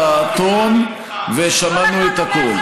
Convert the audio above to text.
שמענו את המילים, שמענו את הטון ושמענו את הקול.